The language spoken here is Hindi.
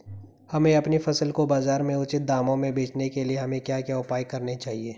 हमें अपनी फसल को बाज़ार में उचित दामों में बेचने के लिए हमें क्या क्या उपाय करने चाहिए?